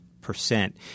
percent